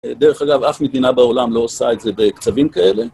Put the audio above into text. דרך אגב, אף מדינה בעולם לא עושה את זה בקצבים כאלה.